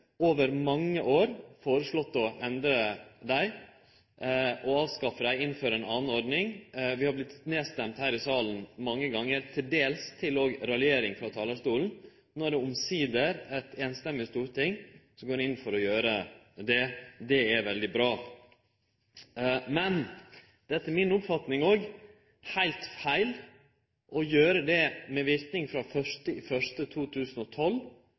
over mange år, foreslått å endre dei – avskaffe dei og innføre ei anna ordning. Vi har vorte nedstemde her i salen mange gonger, til dels med raljering frå talarstolen. No er det omsider eit samrøystes storting som går inn for å gjere dette. Det er veldig bra. Men det er etter mi oppfatning òg heilt feil å gjere det med verknad frå 1. januar 2012